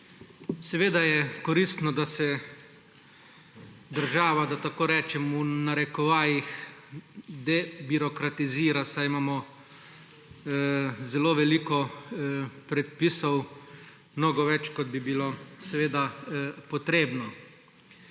Seveda je koristno, da se država, da tako rečem v narekovajih, debirokratizira, saj imamo zelo veliko predpisov, mnogo več, kot bi jih bilo potrebno.